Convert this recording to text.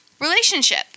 relationship